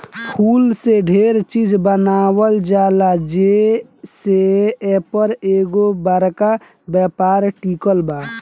फूल से डेरे चिज बनावल जाला जे से एपर एगो बरका व्यापार टिकल बा